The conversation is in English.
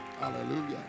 Hallelujah